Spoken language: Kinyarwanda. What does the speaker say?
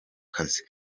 kazi